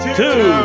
two